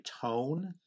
tone